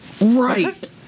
right